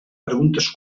preguntes